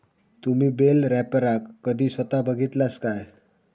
तुम्ही बेल रॅपरका कधी स्वता बघितलास काय?